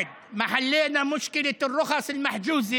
ולאחר שפתרנו את הבעיה של הרישיונות המעוקלים,